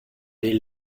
des